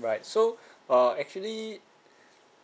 right so uh actually